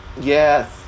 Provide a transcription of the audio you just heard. Yes